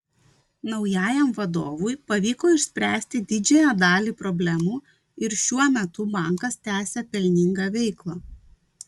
naujajam vadovui pavyko išspręsti didžiąją dalį problemų ir šiuo metu bankas tęsią pelningą veiklą